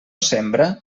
sembra